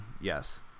yes